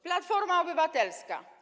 Platforma Obywatelska.